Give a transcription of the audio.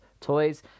toys